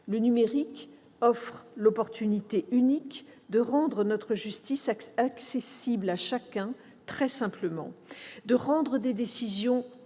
Le numérique offre l'opportunité unique de rendre notre justice accessible à chacun très simplement, de rendre des décisions plus